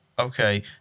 Okay